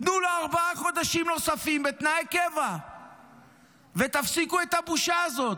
תנו לו ארבעה חודשים נוספים בתנאי קבע ותפסיקו את הבושה הזאת.